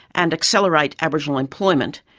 and accelerate aboriginal employment,